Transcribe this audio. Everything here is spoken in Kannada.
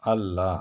ಅಲ್ಲ